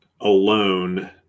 alone